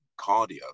cardio